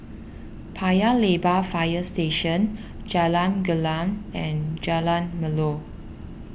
Paya Lebar Fire Station Jalan Gelam and Jalan Melor